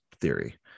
theory